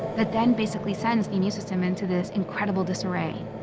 that then basically sends the immune system into this incredible disarray.